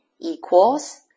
Equals